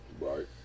Right